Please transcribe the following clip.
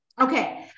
Okay